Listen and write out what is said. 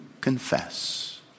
confess